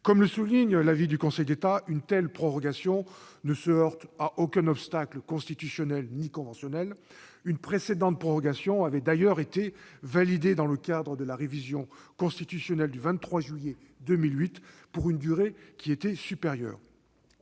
Comme le souligne l'avis du Conseil d'État, une telle prorogation ne se heurte à aucun obstacle constitutionnel ni conventionnel. Une précédente prorogation avait d'ailleurs été validée dans le cadre de la révision constitutionnelle du 23 juillet 2008, pour une durée qui était supérieure.